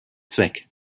zweck